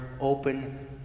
open